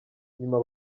nyuma